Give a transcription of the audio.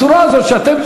הצורה הזאת שאתם,